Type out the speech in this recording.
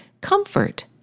comfort